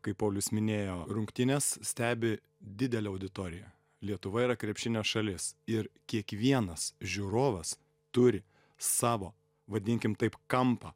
kaip paulius minėjo rungtynes stebi didelė auditorija lietuva yra krepšinio šalis ir kiekvienas žiūrovas turi savo vadinkim taip kampą